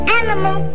animal